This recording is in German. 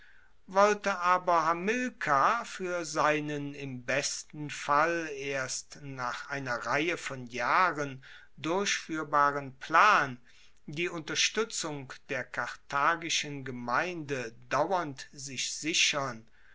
wollte aber hamilkar fuer seinen im besten fall erst nach einer reihe von jahren durchfuehrbaren plan die unterstuetzung der karthagischen gemeinde dauernd sich sichern